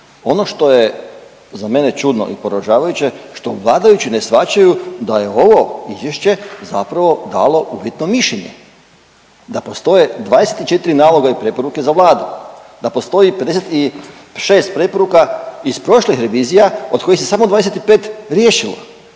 Ono što je za mene čudno i poražavajuće, što vladajući ne shvaćaju da je ovo Izvješće zapravo dalo uvjetno mišljenje, da postoje 24 naloga i preporuke za Vladu, da postoji 56 preporuka iz prošlih revizija od kojih se samo 25 riješilo,